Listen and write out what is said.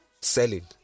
selling